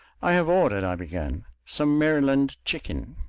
i have ordered, i began, some maryland chicken.